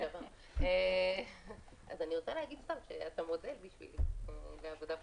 אתה מודל בשבילי לעבודה פרלמנטרית.